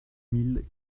mille